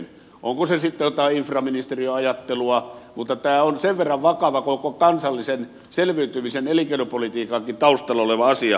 onko se sitten jotain infraministeriöajattelua mutta tämä on sen verran vakava koko kansallisen selviytymisen elinkeinopolitiikankin taustalla oleva asia